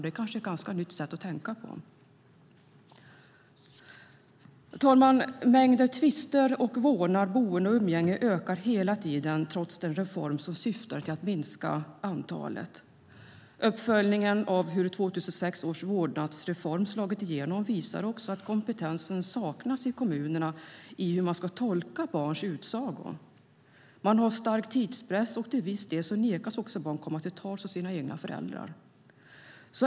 Det kan vara ett nytt sätt att tänka på detta. Herr talman! Mängden tvister om vårdnad, boende och umgänge ökar hela tiden trots den reform som syftade till att minska antalet. Uppföljningen av hur 2006 års vårdnadsreform slagit igenom visar att kompetensen saknas i kommunerna när det gäller hur man ska tolka barns utsagor. Tidspressen är stor och till viss del nekas dessutom barn av sina egna föräldrar att komma till tals.